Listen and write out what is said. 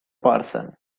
person